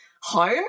home